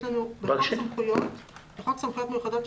בחוק סמכויות מיוחדות,